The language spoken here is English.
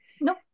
no